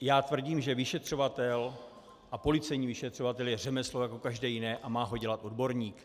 Já tvrdím, že vyšetřovatel, a policejní vyšetřovatel, je řemeslo jako každé jiné a má ho dělat odborník.